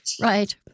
right